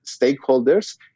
stakeholders